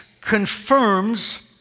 confirms